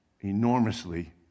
enormously